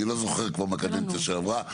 אני לא זוכר כבר מהקדנציה שעברה,